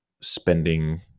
spending